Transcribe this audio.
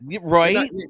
Right